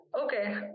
okay